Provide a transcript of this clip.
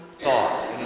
thought